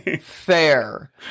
Fair